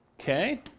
Okay